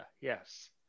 yes